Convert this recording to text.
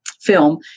film